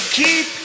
keep